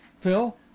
Phil